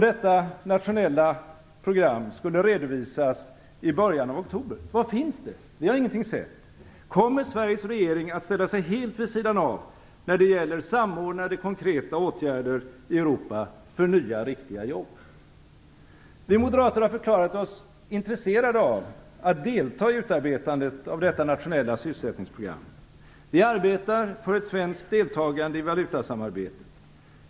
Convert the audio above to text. Detta nationella program skulle redovisas i början av oktober. Var finns det? Vi har ingenting sett. Kommer Sveriges regering att ställa sig helt vid sidan av när det gäller samordnade konkreta åtgärder i Europa för nya, riktiga jobb? Vi moderater har förklarat oss intresserade av att delta i utarbetandet av detta nationella sysselsättningsprogram. Vi arbetar för ett svenskt deltagande i valutasamarbetet.